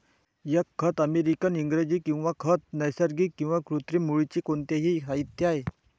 एक खत अमेरिकन इंग्रजी किंवा खत नैसर्गिक किंवा कृत्रिम मूळचे कोणतेही साहित्य आहे